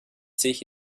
sich